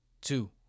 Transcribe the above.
Two